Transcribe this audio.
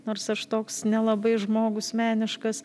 nors aš toks nelabai žmogus meniškas